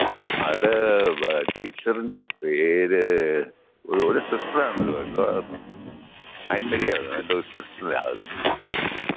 അത് ടീച്ചർൻ്റെ പേര് ഒരു ഒരു സിസ്റ്ററാണല്ലോ എന്തുവാ ആൻ മരിയ എന്തോ സിസ്റ്ററാന്ന് തോന്നുന്നു